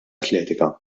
atletika